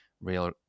real